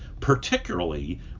particularly